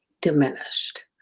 diminished